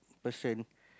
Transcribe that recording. person